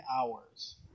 hours